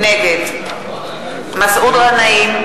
נגד מסעוד גנאים,